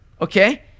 okay